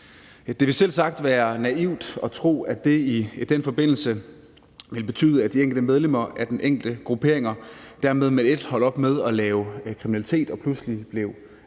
Det vil selvsagt være naivt at tro, at det i den forbindelse vil betyde, at de enkelte medlemmer af de enkelte grupperinger dermed med et holder op med at lave kriminalitet og pludselig bliver